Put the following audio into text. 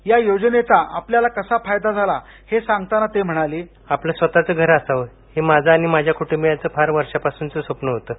या योजनेचा आपल्याला कसा फायदा झाला हे सांगताना ते म्हणाले आपलं स्वतःचं घर असावं हे माझं आणि माझया क्ट्ंबियांचं फार वर्षा पासूनचं स्वप्नं होतं